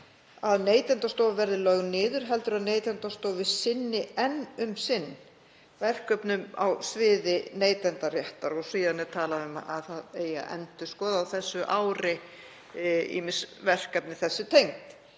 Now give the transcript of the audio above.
að Neytendastofa verði lögð niður heldur að Neytendastofa sinni enn um sinn verkefnum á sviði neytendaréttar.“ Síðan er talað um að endurskoða eigi á þessu ári ýmis verkefni þessu tengd.